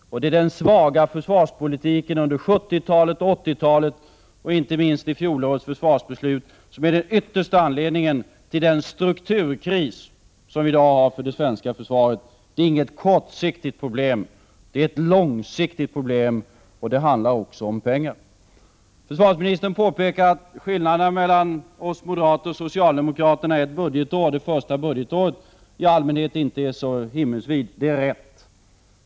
Det är den svaga försvarspolitiken under 1970 och 1980-talen och inte minst i fjol årets försvarsbeslut som är den yttersta anledningen till den strukturkris som i dag råder inom det svenska försvaret. Det är inget kortsiktigt problem, det är ett långsiktigt problem, och det handlar också om pengar. Försvarsministern påpekar att skillnaderna mellan oss moderater och socialdemokraterna är ett budgetår, och att skillnaderna det första året i allmänhet inte är så himmelsvida. Det är rätt.